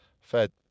Fed